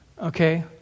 okay